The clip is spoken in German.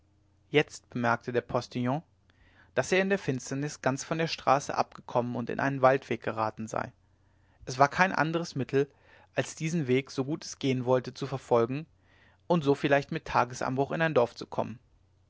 jetzt bemerkte der postillon daß er in der finsternis ganz von der straße abgekommen und in einen waldweg geraten sei es war kein anderes mittel als diesen weg so gut es gehen wollte zu verfolgen und so vielleicht mit tagesanbruch in ein dorf zu kommen